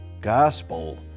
gospel